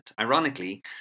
Ironically